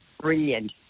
brilliant